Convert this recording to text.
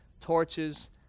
torches